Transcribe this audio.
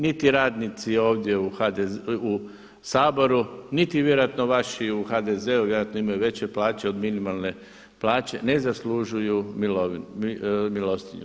Niti radnici ovdje u Saboru, niti vjerojatno vaši u HDZ-u vjerojatno imaju veće plaće od minimalne plaće ne zaslužuju milostinju.